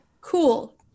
cool